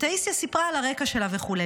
טאיסיה סיפרה על הרקע שלו וכו',